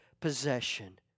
possession